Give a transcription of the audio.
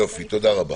יופי, תודה רבה.